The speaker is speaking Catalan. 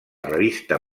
revista